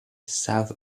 south